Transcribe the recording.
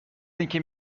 اینکه